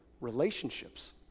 relationships